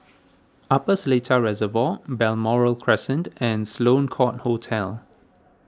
Upper Seletar Reservoir Balmoral Crescent and Sloane Court Hotel